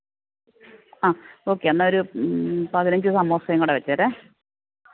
ആ ഓക്കേ എന്നാൽ ഒരു പതിനഞ്ച് സമൂസയും കൂടെ വച്ചേരെ